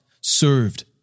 served